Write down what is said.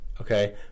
okay